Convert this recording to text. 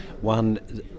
One